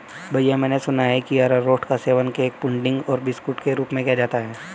भैया मैंने सुना है कि अरारोट का सेवन केक पुडिंग और बिस्कुट के रूप में किया जाता है